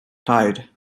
tied